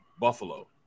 Buffalo